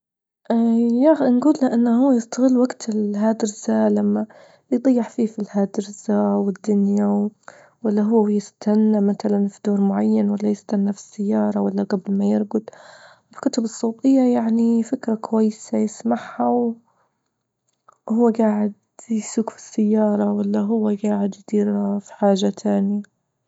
يغ- نجول له إن هو يستغل وجت الهدرسة، لما يضيع فيه في الهدرسة والدنيا ولا هو يستنى مثلا في دور معين، ولا يستنى في السيارة، ولا جبل ما يرجد، الكتب الصوتية يعني فكرة كويسة يسمعها وهو جاعد يسوج في السيارة ولا هو جاعد يدير في حاجة تانية.